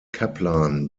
kaplan